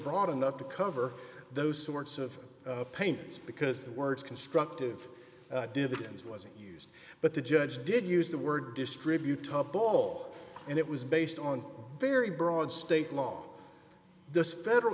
broad enough to cover those sorts of paints because the words constructive dividends was used but the judge did use the word distribute top ball and it was based on very broad state law this federal